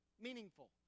meaningful